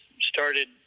started